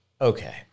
Okay